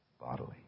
bodily